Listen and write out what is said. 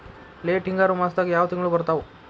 Late ಹಿಂಗಾರು ಮಾಸದಾಗ ಯಾವ್ ತಿಂಗ್ಳು ಬರ್ತಾವು?